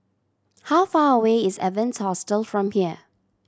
how far away is Evans Hostel from here